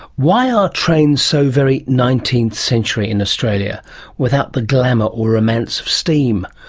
why are trains so very nineteenth-century in australia without the glamour or romance of steam?